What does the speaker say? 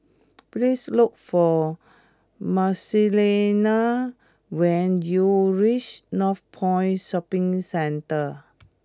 please look for Marcelina when you reach Northpoint Shopping Centre